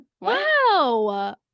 Wow